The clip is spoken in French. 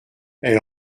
elle